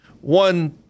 One